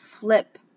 flip